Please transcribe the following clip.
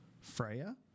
Freya